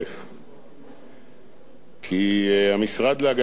כי המשרד להגנת העורף הוא משרד מיותר.